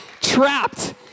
Trapped